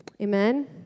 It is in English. Amen